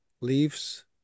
leaves